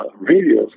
radios